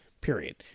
period